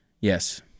Yes